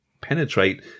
penetrate